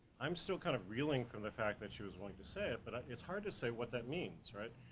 i'm still kind of reeling from the fact that she was willing to say it, but it's hard to say what that means, right?